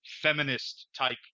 feminist-type